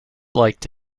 liked